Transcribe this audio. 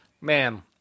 Man